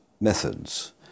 methods